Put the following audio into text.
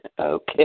Okay